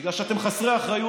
בגלל שאתם חסרי אחריות.